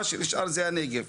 מה שנשאר זה הנגב.